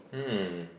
hmm